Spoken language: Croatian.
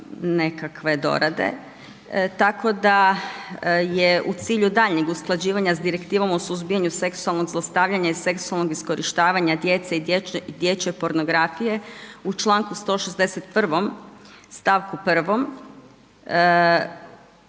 nekakve dorade, tako da je u cilju daljnjeg usklađivanja sa Direktivom o suzbijanju seksualnog zlostavljanja i seksualnog iskorištavanja djece i dječje pornografije u članku 161. stavku 1.